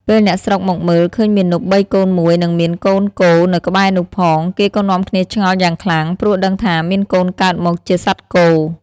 ពេលអ្នកស្រុកមកមើលឃើញមាណពបីកូនមួយនិងមានទាំងកូនគោនៅក្បែរនោះផង គេក៏នាំគ្នាឆ្ងល់យ៉ាងខ្លាំង ព្រោះដឹងថាមានកូនកើតមកជាសត្វគោ។